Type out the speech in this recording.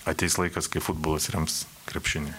ateis laikas kai futbolas rems krepšinį